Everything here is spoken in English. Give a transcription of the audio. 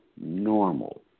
Normal